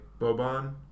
Boban